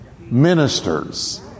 ministers